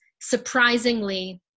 surprisingly